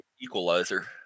equalizer